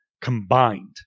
combined